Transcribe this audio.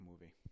movie